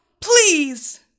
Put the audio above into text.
Please